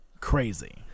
crazy